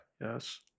yes